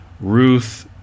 Ruth